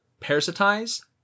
parasitize